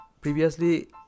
Previously